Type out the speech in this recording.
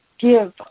Give